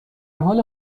حال